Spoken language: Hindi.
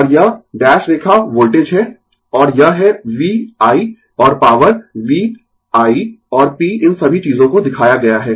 और यह डैश रेखा वोल्टेज है और यह है V I और पॉवर v I और p इन सभी चीजों को दिखाया गया है